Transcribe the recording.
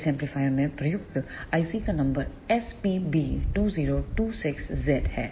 इस एम्पलीफायर में प्रयुक्त IC का नंबर SPB2026Z है